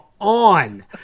on